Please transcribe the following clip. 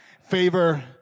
Favor